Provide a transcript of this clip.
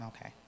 okay